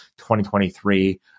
2023